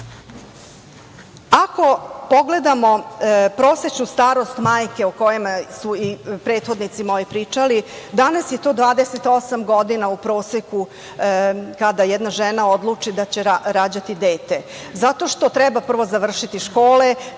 pogledamo prosečnu starost majke o kojima su i prethodnici moji pričali, danas je to 28 godina u proseku kada jedna žena odluči da će rađati dete, zato što treba prvo završiti škole,